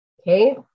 okay